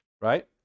Right